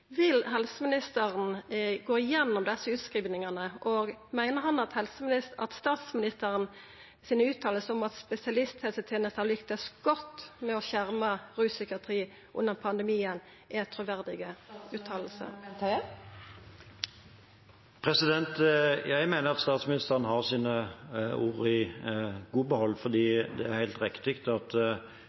Vil helseministeren gå gjennom desse utskrivingane, og meiner han at statsministerens uttaler om at spesialisthelsetenesta lukkast godt med å skjerma rus og psykiatri under pandemien, er truverdige? Jeg mener at statsministeren har sine ord i behold. Det er helt riktig at